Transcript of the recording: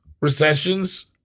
Recessions